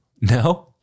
No